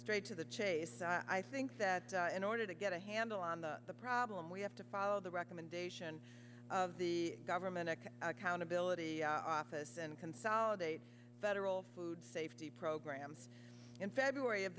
straight to the chase i think that in order to get a handle on the problem we have to follow the recommendation of the government accountability office and consolidate federal food safety programs in february of